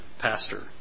pastor